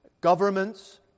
governments